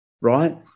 right